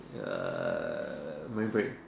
err Marine Parade